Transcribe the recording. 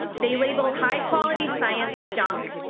they label high quality science junk,